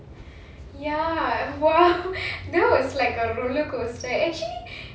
ya !wow! that was like a roller coaster actually